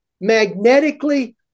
magnetically